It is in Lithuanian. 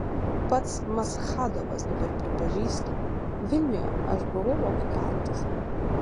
pats maschadovas dabar pripažįsta vilniuje aš buvau okupantas